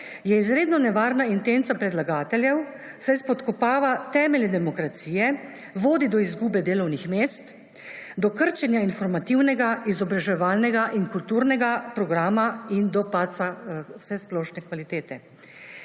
je izredno nevarna intenca predlagateljev, saj spodkopava temelje demokracije, vodi do izgube delovnih mest, do krčenja informativnega, izobraževalnega in kulturnega programa in do padca vsesplošne kvalitete.